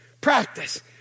Practice